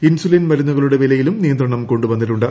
insulin മരുന്നുകളുടെ വിലയിലും നിയന്ത്രണം കൊണ്ട് വന്നിട്ടുണ്ട്